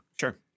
Sure